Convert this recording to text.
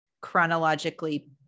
chronologically